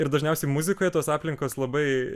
ir dažniausiai muzikoje tos aplinkos labai